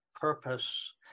purpose